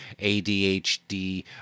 ADHD